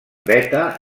beta